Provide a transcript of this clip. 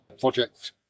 project